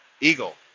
Eagle